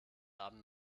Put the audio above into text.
abend